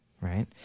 right